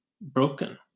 broken